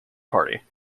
party